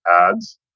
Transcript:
ads